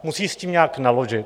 Musí s tím nějak naložit.